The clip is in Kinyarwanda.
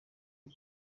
ubu